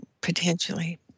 Potentially